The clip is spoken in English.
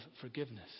Forgiveness